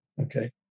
Okay